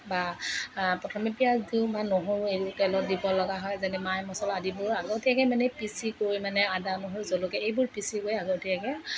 বা প্ৰথমে পিঁয়াজ দিওঁ বা নহৰু এই তেলত দিবলগা হয় যেনে মায় মছলা আদিবোৰ আগতীয়াকৈ মানে পিচি কৰি মানে আদা নহৰু জলকীয়া এইবোৰ পিচি কৰি আগতীয়াকৈ